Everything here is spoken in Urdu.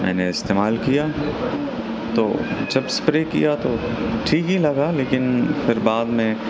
میں نے استعمال کیا تو جب اسپرے کیا تو ٹھیک ہی لگا لیکن پھر بعد میں